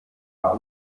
gar